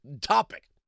topic